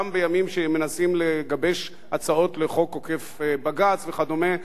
גם בימים שמנסים לגבש הצעות לחוק עוקף בג"ץ וכדומה,